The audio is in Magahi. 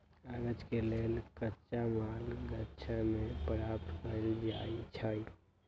कागज के लेल कच्चा माल गाछ से प्राप्त कएल जाइ छइ